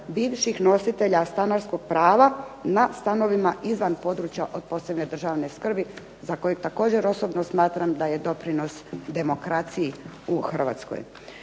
bivših nositelja stanarskog prava na stanovima izvan područja od posebne državne skrbi za kojeg također osobno smatram da je doprinos demokraciji u Hrvatskoj.